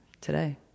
today